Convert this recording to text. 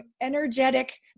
energetic